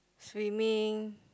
swimming